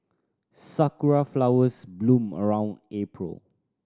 sakura flowers bloom around April